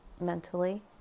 mentally